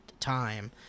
time